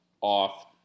off